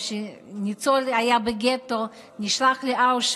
כשחזרתי הביתה בלילה לא יכולתי להירדם עד